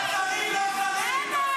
למה?